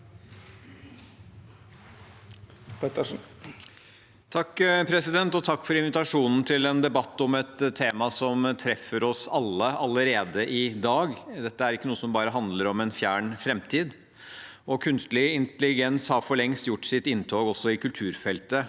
Takk for invitasjo- nen til en debatt om et tema som treffer oss alle allerede i dag. Dette er ikke noe som bare handler om en fjern framtid. Kunstig intelligens har for lengst gjort sitt inntog også på kulturfeltet,